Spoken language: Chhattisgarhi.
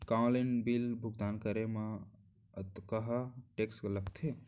का ऑनलाइन बिल भुगतान करे मा अक्तहा टेक्स लगथे?